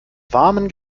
warmen